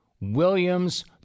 Williams